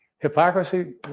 Hypocrisy